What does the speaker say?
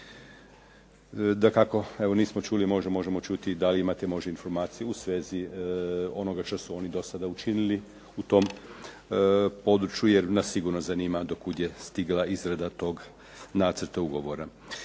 Dakako evo nismo čuli, možda možemo čuti da li imate informaciju u svezi onoga što su oni do sada učinili u tom području, jer nas sigurno zanima do kuda je stigla izrada toga nacrta ugovora.